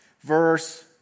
verse